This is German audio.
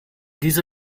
diese